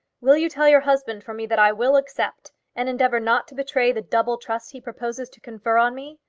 will you tell your husband from me that i will accept, and endeavour not to betray the double trust he proposes to confer on me.